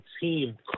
team